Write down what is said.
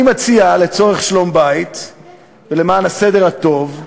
אני מציע, לצורך שלום-בית ולמען הסדר הטוב,